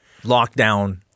lockdown